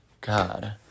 God